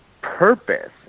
Purpose